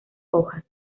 hojas